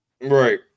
Right